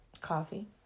Coffee